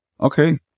Okay